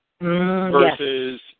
versus